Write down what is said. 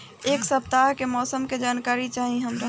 एक सपताह के मौसम के जनाकरी चाही हमरा